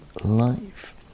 life